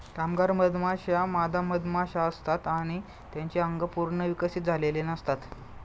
कामगार मधमाश्या मादा मधमाशा असतात आणि त्यांचे अंग पूर्ण विकसित झालेले नसतात